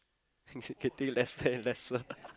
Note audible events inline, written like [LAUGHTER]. [LAUGHS] getting lesser and lesser